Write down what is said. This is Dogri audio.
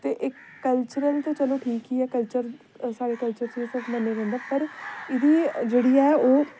ते इक कल्चरल ते चलो ठीक ही ऐ कल्चर साढ़े कल्चर च एह् सब किश मन्नेआ जंदा पर एहदी जेह्ड़ी ऐ ओह्